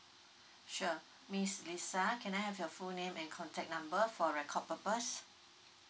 sure miss lisa can I have your full name and contact number for record purpose